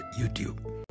YouTube